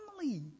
family